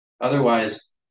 otherwise